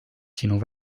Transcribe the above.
sinu